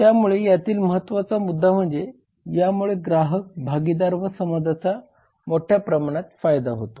त्यामुळे यातील महत्वाचा मुद्दा म्हणजे यामुळे ग्राहक भागीदार व समाजाचा मोठ्याप्रमाणात फायदा होतो